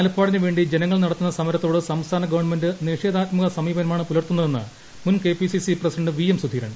ആലപ്പാടിന് വേണ്ടി ജനങ്ങൾ നടത്തുന്ന സമരത്തോട് സംസ്ഥാന ഗവൺമെന്റ് നിഷേധാത്മക സമീപനമാണ് പുലർത്തുന്നതെന്ന് മുൻ K P C C president V M Sudheeran